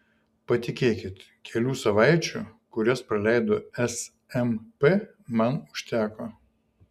patikėkit kelių savaičių kurias praleidau smp man užteko